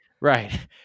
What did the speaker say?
Right